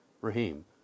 Raheem